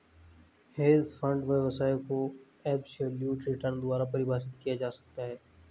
hedge fund व्यवसाय को absolute return द्वारा परिभाषित किया जा सकता है